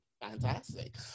fantastic